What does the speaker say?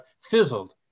fizzled